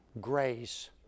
grace